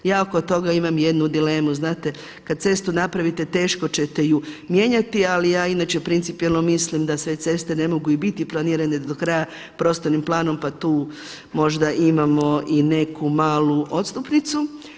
Ja oko toga imam jednu dilemu, znate kada cestu napravite teško čete ju mijenjati, ali ja inače principijelno mislim da sve ceste ne mogu i biti planirane do kraja prostornim planom pa tu možda imamo i neku malu odstupnicu.